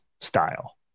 style